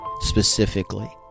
specifically